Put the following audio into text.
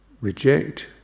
reject